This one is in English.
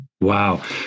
Wow